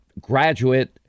graduate